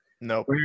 Nope